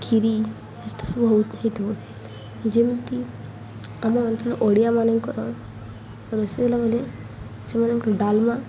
କ୍ଷୀରି ସବୁ ହଉ ହେଇଥିବ ଯେମିତି ଆମ ଅଞ୍ଚଳ ଓଡ଼ିଆ ମାନଙ୍କର ରୋଷେଇ ହେଲା ମାନେ ସେମାନଙ୍କର ଡାଲମା